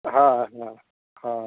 হ্যাঁ হ্যাঁ হ্যাঁ